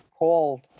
called